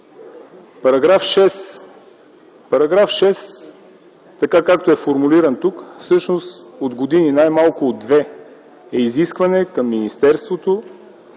Параграф 6 така, както е формулиран тук, всъщност от години, най-малко от две, е изискване към министерството